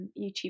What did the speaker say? YouTube